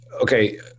okay